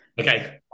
okay